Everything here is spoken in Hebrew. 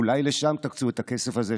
אולי לשם תקצו את הכסף הזה,